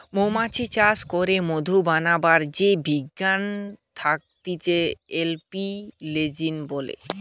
মৌমাছি চাষ করে মধু বানাবার যেই বিজ্ঞান থাকতিছে এপিওলোজি বলে